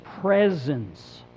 presence